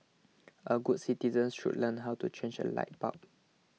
all good citizens should learn how to change a light bulb